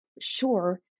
sure